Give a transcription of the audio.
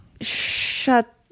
shut